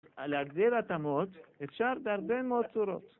להגדיר התאמות אפשר בהרבה מאוד צורות